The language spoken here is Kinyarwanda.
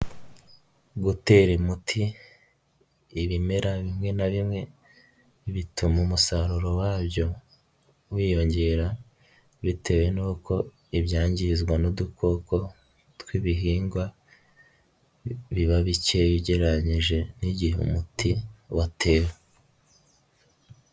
gutera umuti ibimera bimwe na bimwe bituma umusaruro wabyo wiyongera, bitewe n'uko ibyangizwa n'udukoko tw'ibihingwa biba bikeya ugereranyije n'igihe umuti watewe.